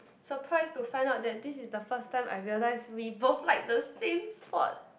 surprise to find out that this is the first time I realise we both like the same sport